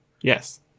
Yes